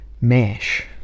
MASH